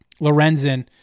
Lorenzen